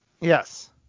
Yes